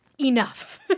enough